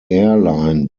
airline